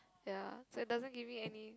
ya so it doesn't give me any